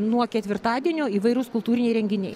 nuo ketvirtadienio įvairūs kultūriniai renginiai